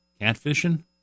catfishing